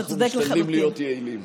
אנחנו משתדלים להיות יעילים.